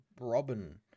robin